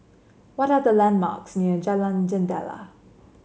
what are the landmarks near Jalan Jendela